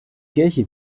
kirche